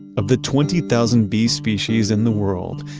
of the twenty thousand bee species in the world,